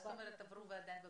מה זאת אומרת עברו ועדיין בבנייה?